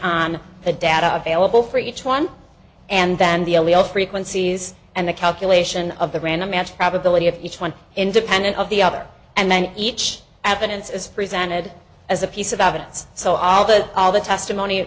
on the data available for each one and then be only all frequencies and the calculation of the random match probability of each one independent of the other and then each evidence is presented as a piece of evidence so all that all the testimony